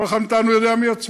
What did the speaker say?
כל אחד מאתנו יודע מעצמו,